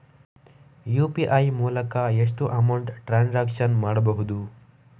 UPI ಮೂಲಕ ಎಷ್ಟು amount transaction ಮಾಡಬಹುದು?